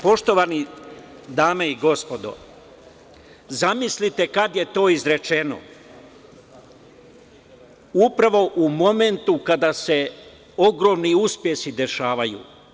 Poštovane dame i gospodo, zamislite kada je to izrečeno upravo u momentu kada se ogromni uspesi dešavaju.